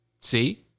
See